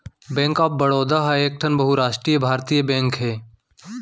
bank of Baroda ह एकठन बहुरास्टीय भारतीय बेंक हे